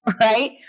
right